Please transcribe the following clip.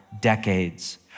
decades